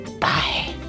Bye